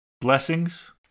Blessings